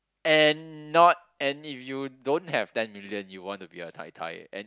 and not and if you don't have ten million you want to be a tai tai and